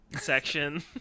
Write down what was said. section